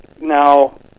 now